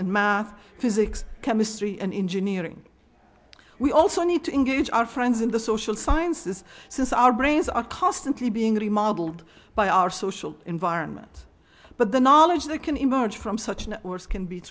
in math physics chemistry and engineering we also need to engage our friends in the social sciences since our brains are constantly being remodeled by our social environment but the knowledge that can emerge from such networks can be